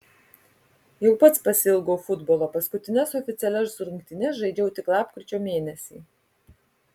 jau pats pasiilgau futbolo paskutines oficialias rungtynes žaidžiau tik lapkričio mėnesį